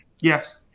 Yes